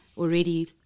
already